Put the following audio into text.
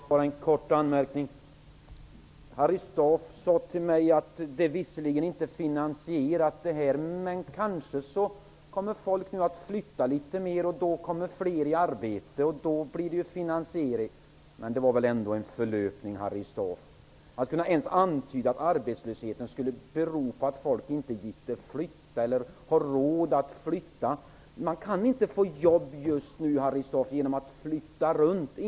Herr talman! Jag vill bara göra en kort anmärkning. Harry Staaf sade till mig att det här visserligen inte är finansierat men att folk kanske kommer att flytta litet mer, då får fler arbete och då blir det finansierat. Det var väl ändå en förlöpning, Harry Staaf? Hur kan han ens antyda att arbetslösheten skulle bero på att folk inte gitte flytta eller har råd att flytta? Man kan inte få jobb just nu genom att flytta runt, Harry Staaf.